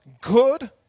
good